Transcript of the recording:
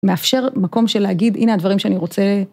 מאפשר מקום של להגיד, הנה הדברים שאני רוצה.